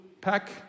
pack